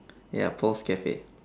ya paul's cafe